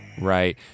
Right